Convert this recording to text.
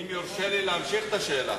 אם יורשה לי להמשיך את השאלה.